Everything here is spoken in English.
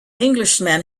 englishman